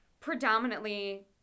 predominantly